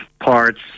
parts